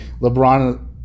LeBron